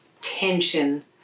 tension